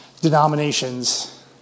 denominations